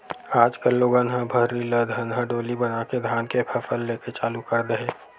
आज कल लोगन ह भर्री ल धनहा डोली बनाके धान के फसल लेके चालू कर दे हे